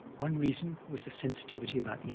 one reason was the sensitivity about yeah